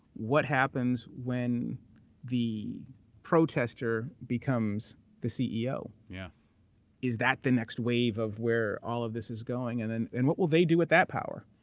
what happens when the protester becomes the ceo? yeah is that the next wave of where all of this is going? and and and what will they do with that power?